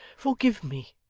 forgive me,